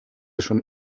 schon